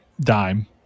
dime